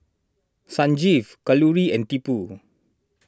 Sanjeev Kalluri and Tipu